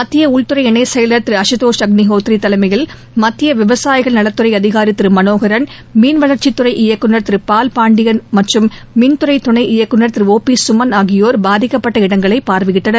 மத்திய உள்துறை இணை செயலர் திரு அஷிதோஷ் அக்னிகோத்ரி தலைமையில் மத்திய விவசாயிகள் நலத்துறை அதிகாரி திரு மனோகரன் மீன்வளர்ச்சித் துறை இயக்குநர் திரு பால்பாண்டியன் மற்றும் மின்துறை துணை இயக்குநர் திரு ஒ பி சுமன் ஆகியோர் பாதிக்கப்பட்ட இடங்களை பார்வையிட்டனர்